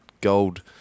gold